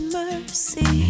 mercy